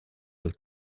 with